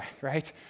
right